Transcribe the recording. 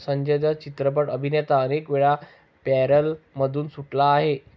संजय दत्त चित्रपट अभिनेता अनेकवेळा पॅरोलमधून सुटला आहे